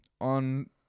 on